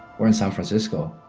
we're in san francisco,